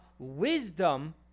Wisdom